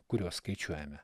kuriuos skaičiuojame